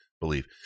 believe